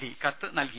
D കത്ത് നൽകി